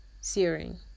searing